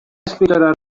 escritora